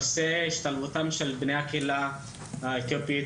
נושא השתלבותם של בני הקהילה האתיופית